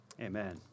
Amen